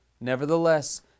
Nevertheless